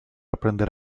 aprender